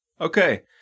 Okay